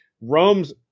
Rome's